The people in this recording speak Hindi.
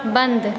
बंद